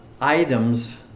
items